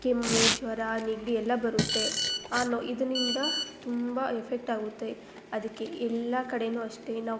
ಕೆಮ್ಮು ಜ್ವರ ನೆಗಡಿ ಎಲ್ಲ ಬರುತ್ತೆ ಆ ನೊ ಇದರಿಂದ ತುಂಬ ಎಫೆಕ್ಟ್ ಆಗುತ್ತೆ ಅದಕ್ಕೆ ಎಲ್ಲ ಕಡೆ ಅಷ್ಟೆ ನಾವು